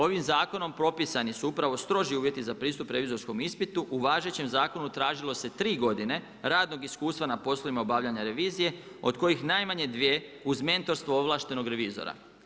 Ovim zakonom propisani su upravo stroži uvjeti za pristup revizorskom ispitu, u važećem zakonu tražilo se tri godine radnog iskustva na poslovima obavljanja revizije, od kojih najmanje dvije uz mentorstvo ovlaštenog revizora.